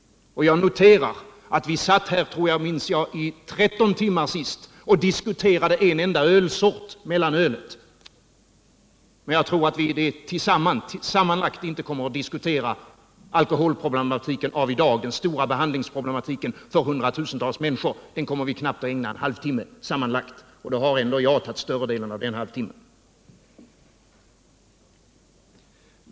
Jag vill minnas att vi senast satt här i 13 timmar och diskuterade en enda ölsort: mellanölet. Men jag tror att vi sammanlagt inte kommer att diskutera alkoholproblematiken av i dag, den stora behandlingsproblematiken för hundratusentals människor, i mer än en knapp halvtimme. Då har ändå jag tagit större delen av den halvtimmen.